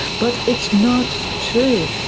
but it's not true.